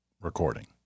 recording